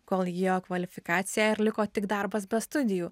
kol įgijo kvalifikaciją ir liko tik darbas be studijų